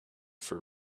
for